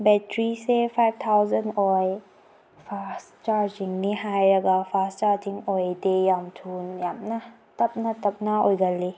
ꯕꯦꯠꯇ꯭ꯔꯤꯁꯦ five thousand ꯑꯣꯏ fast ꯆꯥꯔꯖꯤꯡꯅꯦ ꯍꯥꯏꯔꯒ ꯐꯥꯁ ꯆꯥꯔꯖꯤꯡ ꯑꯣꯏꯗꯦ ꯌꯥꯝ ꯌꯥꯝꯅ ꯇꯞꯅ ꯇꯞꯅ ꯑꯣꯏꯒꯜꯂꯤ